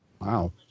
Wow